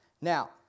Now